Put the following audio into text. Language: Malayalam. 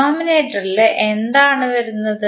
ഡിനോമിനേറ്ററിൽ എന്താണ് വരുന്നത്